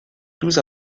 douze